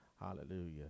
Hallelujah